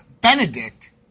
Benedict